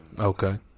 Okay